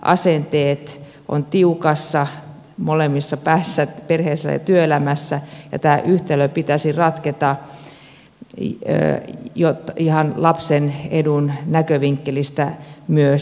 asenteet ovat tiukassa molemmissa päissä perheissä ja työelämässä ja tämän yhtälön pitäisi ratketa ihan lapsen edun näkövinkkelistä myös